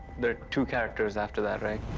there are two characters after that, right?